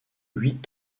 huit